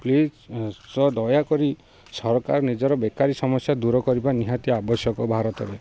please ଦୟା କରି ସରକାର ନିଜର ବେକାରୀ ସମସ୍ୟା ଦୂର କରିବା ନିହାତି ଆବଶ୍ୟକ ଭାରତରେ